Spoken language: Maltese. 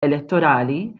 elettorali